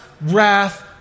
wrath